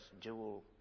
jewel